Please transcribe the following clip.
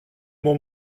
mon